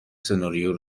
سناریو